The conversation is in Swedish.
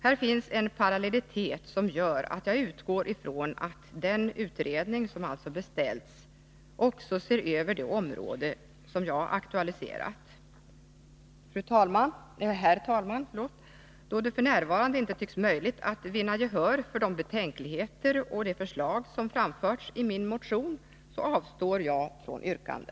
Här finns en parallellitet som gör att jag utgår ifrån att den utredning som alltså har beställts också ser över det område jag har aktualiserat. Herr talman! Då det f. n. inte tycks vara möjligt att vinna gehör för de betänkligheter och de förslag som framförts i min motion, avstår jag från något yrkande.